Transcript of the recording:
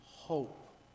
hope